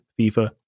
FIFA